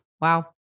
wow